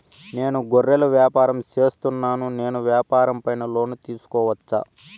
నేను గొర్రెలు వ్యాపారం సేస్తున్నాను, నేను వ్యాపారం పైన లోను తీసుకోవచ్చా?